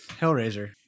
Hellraiser